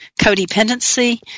codependency